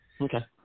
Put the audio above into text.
Okay